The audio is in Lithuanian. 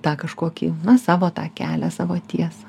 tą kažkokį na savo tą kelią savo tiesą